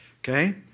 okay